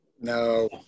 No